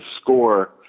score